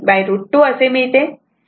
23√ 2 असे मिळते